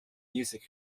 music